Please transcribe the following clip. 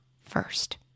first